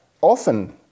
often